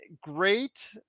great